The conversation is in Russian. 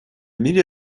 мире